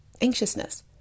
anxiousness